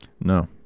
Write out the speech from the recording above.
No